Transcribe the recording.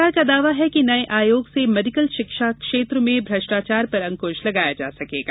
सरकार का दावा है कि नए आयोग से मेडिकल शिक्षा क्षेत्र में भ्रष्टाचार पर अंकृश लगाया जा सकेगा